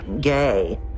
gay